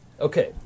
Okay